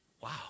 Wow